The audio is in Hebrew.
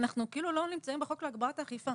אנחנו כאילו לא נמצאים בחוק להגברת האכיפה.